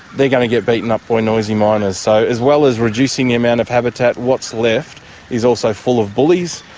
they are going to get beaten up by noisy miners. so as well as reducing the amount of habitat, what's left is also full of bullies,